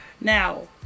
Now